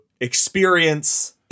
experience